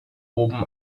oben